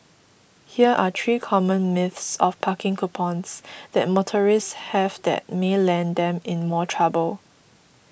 here are three common myths of parking coupons that motorists have that may land them in more trouble